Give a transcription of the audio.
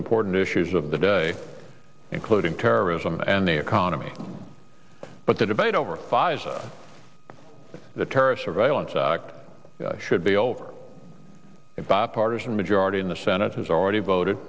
important issues of the day including terrorism and the economy but the debate over pfizer the terrorist surveillance act should be over and bipartisan majority in the senate has already voted